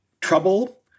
trouble